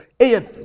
Ian